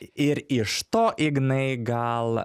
ir iš to ignai gal